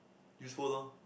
use phone lor